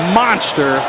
monster